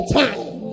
time